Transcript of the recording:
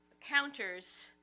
counters